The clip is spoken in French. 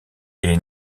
est